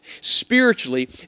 Spiritually